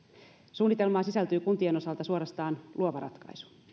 suunnitelmaan sisältyy kuntien osalta suorastaan luova ratkaisu